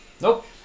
nope